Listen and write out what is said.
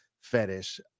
fetish